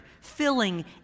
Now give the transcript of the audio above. filling